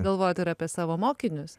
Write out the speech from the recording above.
galvojat ir apie savo mokinius